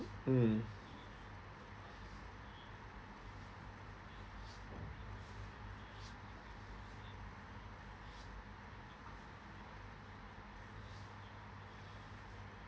mm